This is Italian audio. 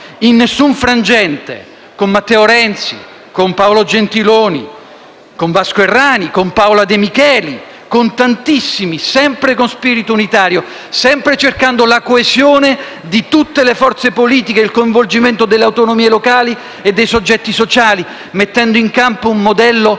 in alcun frangente, con Matteo Renzi, Paolo Gentiloni, Vasco Errani, Paola De Micheli e tantissimi altri. Abbiamo agito sempre con spirito unitario, cercando la coesione di tutte le forze politiche e il coinvolgimento delle autonomie locali e dei soggetti sociali, mettendo in campo un modello avanzato